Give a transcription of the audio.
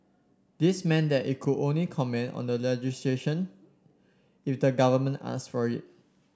this meant that it could only comment on legislation if the government asked for it